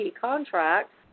contracts